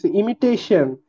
imitation